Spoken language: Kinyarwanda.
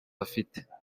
afite